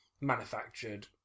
manufactured